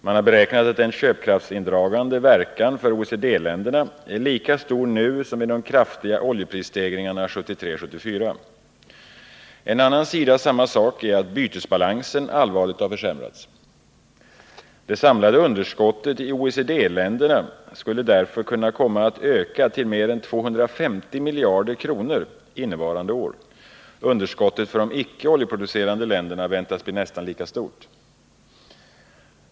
Man har beräknat att den köpkraftsindragande verkan för OECD-länderna är lika stor nu som vid de kraftiga oljeprisstegringarna 1973-1974. En annan sida av samma sak är att bytesbalansen allvarligt har försämrats. Det samlade underskottet i OECD-länderna skulle därför kunna komma att öka till mer än 250 miljarder kronor innevarande år. Underskottet för de icke oljeproducerande länderna väntas bli nästan lika stort.